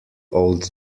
old